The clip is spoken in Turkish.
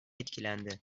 etkilendi